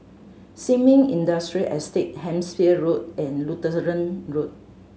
Sin Ming Industrial Estate Hampshire Road and Lutheran Road